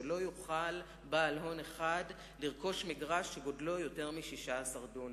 שלא יוכל בעל הון אחד לרכוש מגרש שגודלו יותר מ-16 דונם.